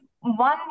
one